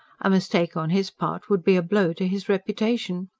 a mistake on his part would be a blow to his reputation.